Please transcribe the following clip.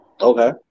Okay